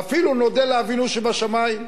ואפילו נודה לאבינו שבשמים.